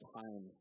time